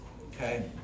okay